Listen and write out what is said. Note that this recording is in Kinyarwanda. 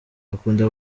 akunda